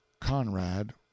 CONRAD